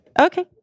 okay